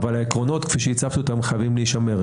העקרונות, כפי שהצפתי אותם, חייבים להישמר.